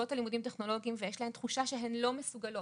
חושבות על לימודים טכנולוגיים ויש להן תחושה שהן לא מסוגלות,